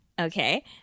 okay